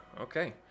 Okay